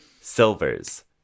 Silvers